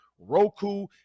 roku